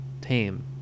tame